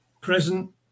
present